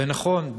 ונכון,